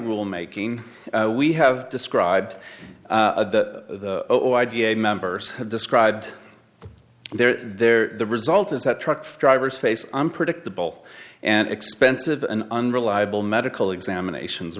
rule making we have described the idea of members have described they're there the result is that truck drivers face unpredictable and expensive and unreliable medical examinations